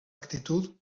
actitud